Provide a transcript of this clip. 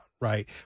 right